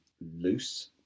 loose